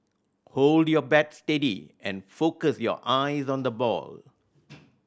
hold your bat steady and focus your eyes on the ball